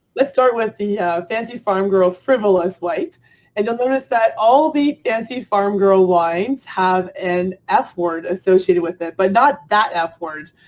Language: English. let's start with the fancy farm girl frivolous white and you'll notice that all the fancy farm girl wines have an f word associated with it but not that f word.